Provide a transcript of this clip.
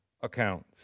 accounts